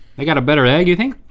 they got a better egg you think?